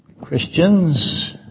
Christians